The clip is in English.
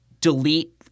delete